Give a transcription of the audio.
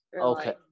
Okay